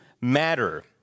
matter